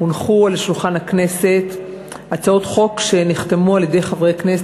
הונחו על שולחן הכנסת הצעות חוק שנחתמו על-ידי חברי הכנסת.